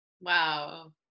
Wow